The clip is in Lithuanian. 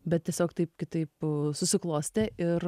bet tiesiog taip kitaip susiklostė ir